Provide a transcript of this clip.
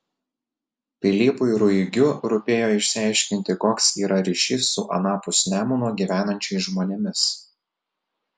pilypui ruigiu rūpėjo išsiaiškinti koks yra ryšys su anapus nemuno gyvenančiais žmonėmis